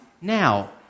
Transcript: now